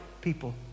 people